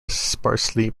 sparsely